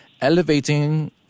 elevating